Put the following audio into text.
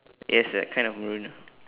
yes like kind of maroon ah